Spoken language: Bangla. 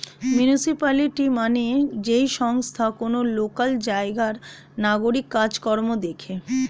মিউনিসিপালিটি মানে যেই সংস্থা কোন লোকাল জায়গার নাগরিক কাজ কর্ম দেখে